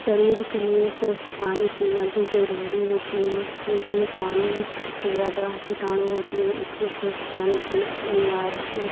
शरीर के लिए स्वस्थ पानी पीना भी ज़रूरी होती हैं क्योंकि ये पानी में सबसे ज़्यादा किटाणु होती है इसलिए स्वस्थ पानी पीना अनिवार्य हैं